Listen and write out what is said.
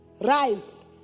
rise